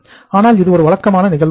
ஆனால் இது ஒரு வழக்கமான நிகழ்வு அல்ல